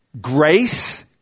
Grace